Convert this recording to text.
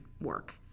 work